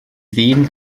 ddyn